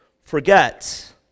forget